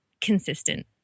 consistent